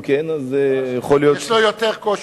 יש לו יותר קושי.